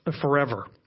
forever